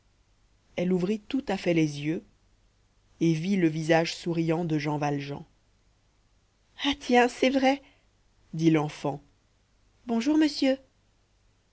elle ouvrit tout à fait les yeux et vit le visage souriant de jean valjean ah tiens c'est vrai dit l'enfant bonjour monsieur